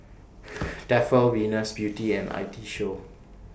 Tefal Venus Beauty and I T Show